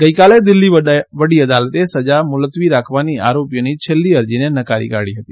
ગઈકાલે દિલ્હી વડી અદાલતે સજા મુલતવી રાખવાની આરોપીઓની છેલ્લી અરજીને નકારી કાઢી હતી